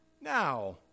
now